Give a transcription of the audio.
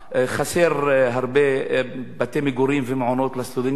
חסרים בתי-מגורים ומעונות לסטודנטים.